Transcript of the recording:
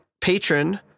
patron